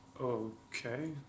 Okay